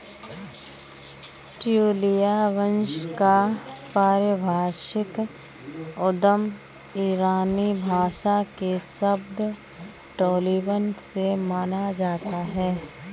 ट्यूलिया वंश का पारिभाषिक उद्गम ईरानी भाषा के शब्द टोलिबन से माना जाता है